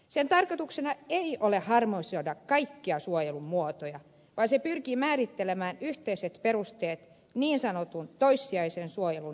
sen tarkoituksena ei ole harmonisoida kaikkia suojelumuotoja vaan se pyrkii määrittelemään yhteiset perusteet niin sanotun toissijaisen suojelun antamiselle